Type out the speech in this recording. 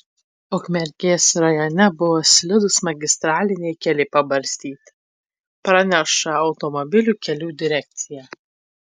ukmergės rajone buvę slidūs magistraliniai keliai pabarstyti praneša automobilių kelių direkcija